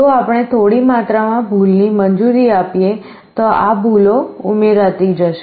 જો આપણે થોડી માત્રામાં ભૂલની મંજૂરી આપીએ તો આ ભૂલો ઉમેરાતી જશે